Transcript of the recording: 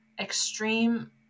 extreme